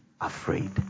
afraid